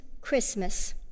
Christmas